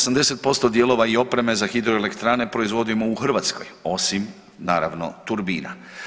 80% dijelova i opreme za hidroelektrane proizvodimo u Hrvatskoj osim naravno turbina.